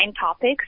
topics